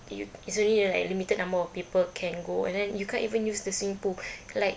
you it's already a like limited number of people can go and then you can't even use the swimming pool like